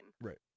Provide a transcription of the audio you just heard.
Right